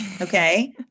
Okay